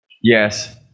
yes